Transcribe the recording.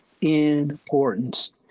Importance